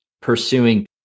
pursuing